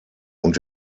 und